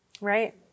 Right